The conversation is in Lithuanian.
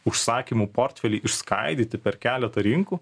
užsakymų portfelį išskaidyti per keletą rinkų